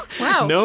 Wow